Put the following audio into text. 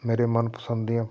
ਮੇਰੇ ਮਨਪਸੰਦ ਦੀਆਂ